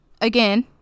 Again